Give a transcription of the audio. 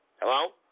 hello